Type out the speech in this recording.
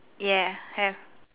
yeah have